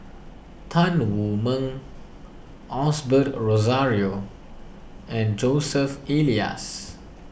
Tan Wu Meng Osbert Rozario and Joseph Elias